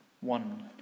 one